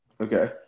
Okay